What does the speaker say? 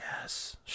Yes